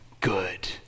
good